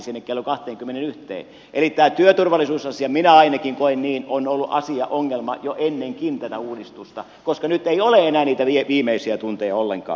eli tämän työturvallisuusasian minä ainakin koen niin että asia on ollut ongelma jo ennen tätä uudistustakin ja nyt ei ole enää niitä viimeisiä tunteja ollenkaan